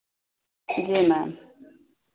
जी ma'am